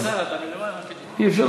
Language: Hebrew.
אחרי אי-אפשר.